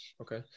okay